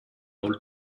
old